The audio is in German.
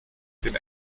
den